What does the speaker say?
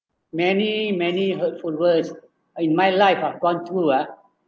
many many hurtful words uh in my life I've gone through ah